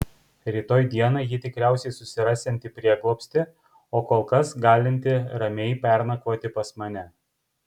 rytoj dieną ji tikriausiai susirasianti prieglobstį o kol kas galinti ramiai pernakvoti pas mane